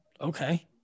Okay